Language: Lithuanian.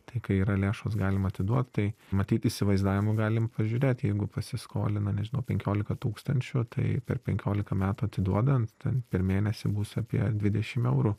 tai yra lėšos galima atiduot tai matyt įsivaizdavimui galim pažiūrėt jeigu pasiskolina nežinau penkiolika tūkstančių tai per penkiolika metų atiduodant ten per mėnesį bus apie dvidešim eurų